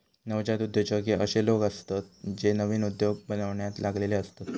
नवजात उद्योजक हे अशे लोक असतत जे नवीन उद्योग बनवण्यात लागलेले असतत